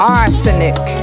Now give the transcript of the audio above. arsenic